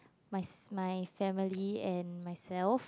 my my family and myself